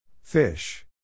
Fish